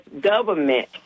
government